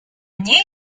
nie